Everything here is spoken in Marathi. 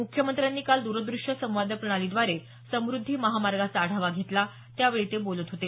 मुख्यमंत्र्यांनी काल द्रदृश्य संवाद प्रणालीद्वारे समुद्धी महामार्गाचा आढावा घेतला त्यावेळी ते बोलत होते